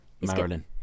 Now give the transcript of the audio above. Marilyn